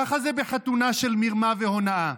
ככה זה בחתונה של מרמה והונאה,